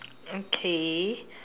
okay